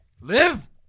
Live